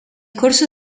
corso